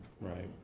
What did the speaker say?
Right